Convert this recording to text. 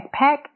backpack